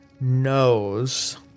knows